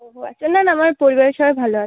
ও হো আচ্ছা না না আমার পরিবারের সবাই ভালো আছে